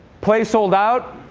play sold out.